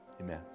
Amen